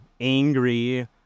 angry